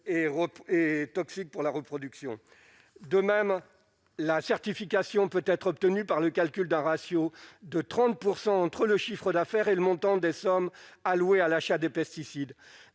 et toxiques pour la reproduction, de même la certification peut être obtenu par le calcul d'un ratio de 30 % entre le chiffre d'affaires et le montant des sommes allouées à l'achat des pesticides